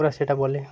পরা সেটা বলে